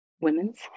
women's